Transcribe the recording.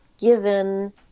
given